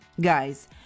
Guys